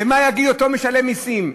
ומה יגיד אותו משלם מסים?